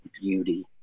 beauty